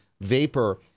Vapor